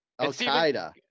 Al-Qaeda